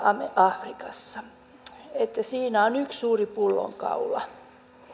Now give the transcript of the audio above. afrikassa siinä on yksi suuri pullonkaula